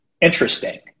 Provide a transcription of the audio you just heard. Interesting